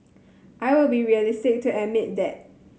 I will be realistic to admit that